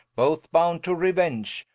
both bound to reuenge,